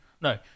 No